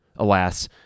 Alas